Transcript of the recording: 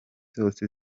zose